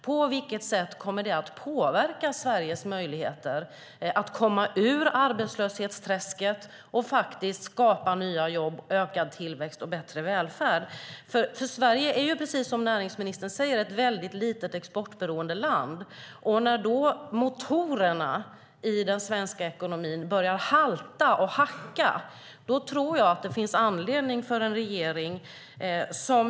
På vilket sätt kommer det att påverka Sveriges möjligheter att komma ur arbetslöshetsträsket och skapa nya jobb, ökad tillväxt och bättre välfärd? Sverige är, precis som näringsministern säger, ett litet och exportberoende land. När motorerna i den svenska ekonomin börjar halta och hacka tror jag att det finns anledning för regeringen att ta sig en ny funderare.